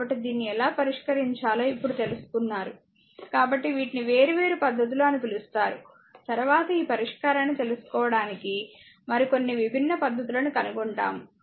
కాబట్టి దీన్ని ఎలా పరిష్కరించాలో ఇప్పుడు తెలుసుకున్నారు కాబట్టి వీటిని వేర్వేరు పద్ధతులు అని పిలుస్తారు తరువాత ఈ పరిష్కారాన్ని తెలుసుకోవడానికి మరికొన్ని విభిన్న పద్ధతులను కనుగొంటాము